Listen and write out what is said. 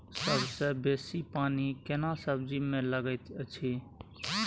सबसे बेसी पानी केना सब्जी मे लागैत अछि?